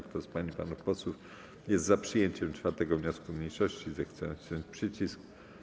Kto z pań i panów posłów jest za przyjęciem 4. wniosku mniejszości, zechce nacisnąć przycisk.